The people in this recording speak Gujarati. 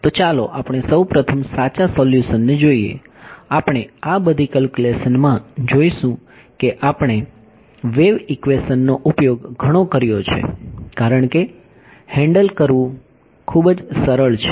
તો ચાલો આપણે સૌ પ્રથમ સાચા સોલ્યુશન ને જોઈએ આપણે આ બધી કેલ્ક્યુલેશનમાં જોશું કે આપણે વેવ ઈક્વેશન નો ઉપયોગ ઘણો કર્યો છે કારણ કે તે હેન્ડલ કરવું ખૂબ જ સરળ છે